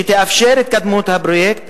שתאפשר את התקדמות הפרויקט,